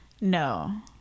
No